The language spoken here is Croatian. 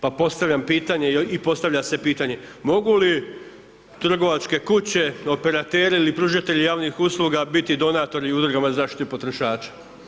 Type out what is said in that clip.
Pa postavljam pitanje i postavlja se pitanje, mogu li trgovačke kuće, operateri ili pružatelji javnih usluga, biti donatori i Udrugama za zaštitu potrošača?